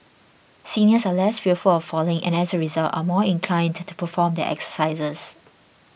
seniors are less fearful of falling and as a result are more inclined to perform their exercises